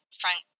Frank